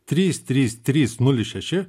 trys trys trys nulis šeši